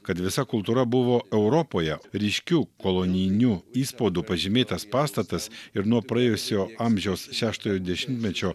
kad visa kultūra buvo europoje ryškiu kolonijiniu įspaudu pažymėtas pastatas ir nuo praėjusio amžiaus šeštojo dešimtmečio